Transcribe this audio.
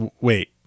Wait